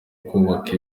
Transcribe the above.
kubaka